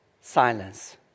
silence